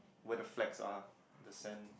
where the flag are the sand